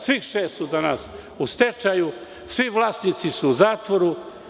Svih šestsu danas u stečaju, svi vlasnici su u zatvoru.